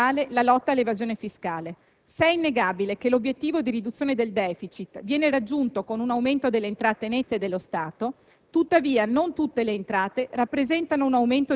adottare come strumento fondamentale la lotta all'evasione fiscale. Se è innegabile che l'obiettivo di riduzione del *deficit* viene raggiunto con un aumento delle entrate nette dello Stato,